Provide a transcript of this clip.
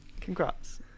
Congrats